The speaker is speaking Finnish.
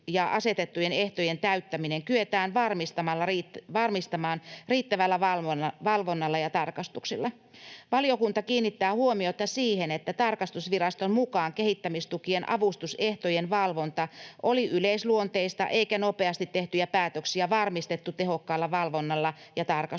ja asetettujen ehtojen täyttäminen kyetään varmistamaan riittävällä valvonnalla ja tarkastuksilla. Valiokunta kiinnittää huomiota siihen, että tarkastusviraston mukaan kehittämistukien avustusehtojen valvonta oli yleisluonteista eikä nopeasti tehtyjä päätöksiä varmistettu tehokkaalla valvonnalla ja tarkastuksilla.